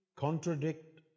contradict